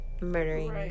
murdering